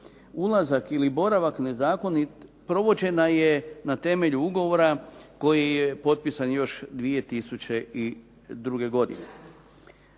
ulazak ili boravak nezakonit provođena je na temelju ugovora koji je potpisan još 2002. godine.